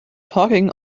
talking